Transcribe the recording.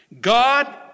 God